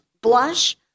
blush